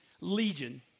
legion